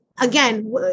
again